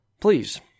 Please